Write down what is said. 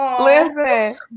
Listen